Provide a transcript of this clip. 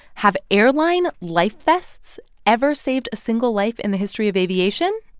have airline life vests ever saved a single life in the history of aviation?